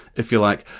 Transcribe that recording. if you like,